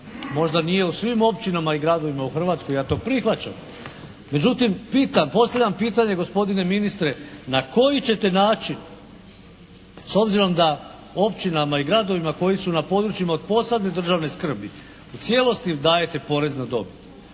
možda nije u svim općinama i gradovima u Hrvatskoj, ja to prihvaćam međutim pitam, postavljam pitanje gospodine ministre na koji ćete način s obzirom da općinama i gradovima koji su na područjima od posebne državne skrbi u cijelosti im dajete porez na dobit,